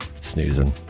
Snoozing